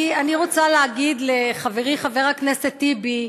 אני רוצה להגיד לחברי חבר הכנסת טיבי,